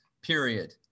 period